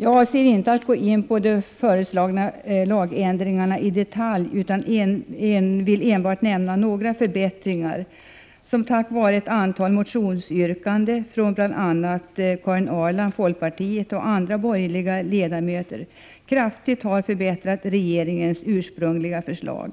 Jag avser inte att gå in på de föreslagna lagändringarna i detalj utan vill enbart nämna några förbättringar som, tack vare ett antal motionsyrkanden från bl.a. Karin Ahrland från folkpartiet och andra borgerliga ledamöter, kraftigt har förbättrat regeringens ursprungliga förslag.